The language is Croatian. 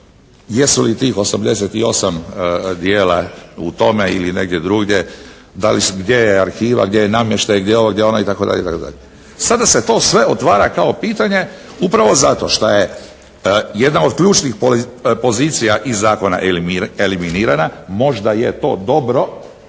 jesu li tih 88 dijela u tome ili negdje drugdje, gdje je arhiva, gdje je namještaj, gdje je ovo, gdje ono itd. Sada se to sve otvara kao pitanje upravo zato što je jedna od ključnih pozicija iz zakona eliminirana, možda je to dobro,